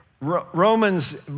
Romans